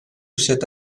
cette